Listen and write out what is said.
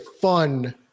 fun